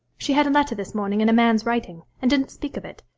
she had a letter this morning in a man's writing, and didn't speak of it.